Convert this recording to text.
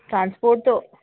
transport तो